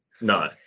No